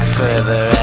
further